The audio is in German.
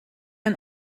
ein